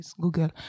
Google